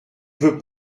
veux